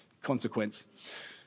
consequence